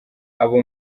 abo